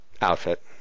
outfit